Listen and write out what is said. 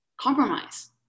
compromise